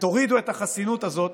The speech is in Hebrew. תורידו את החסינות הזאת